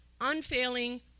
unfailing